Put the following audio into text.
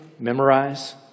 memorize